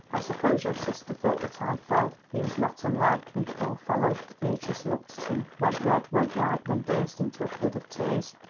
i suppose your sister thought that i fell. he was not unlike me, poor fellow. beatrice looked at him, went red, went white, then burst into a flood of tears.